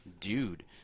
dude